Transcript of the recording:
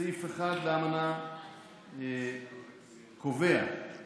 סעיף 1 לאמנה קובע כי